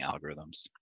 algorithms